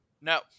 No